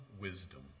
wisdom